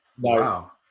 wow